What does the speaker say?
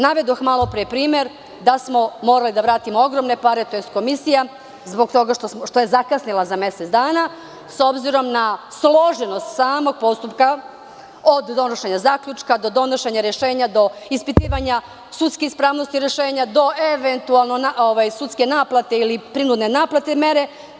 Navedoh malo pre primer da smo morali da vratimo ogromne pare, tj. komisija, zbog toga što je zakasnila mesec dana s obzirom na složenost samog postupka od donošenja zaključka do donošenja rešenja, do ispitivanja sudske ispravnosti rešenja, do eventualno sudske naplate ili prinudne naplatne mere.